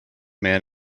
man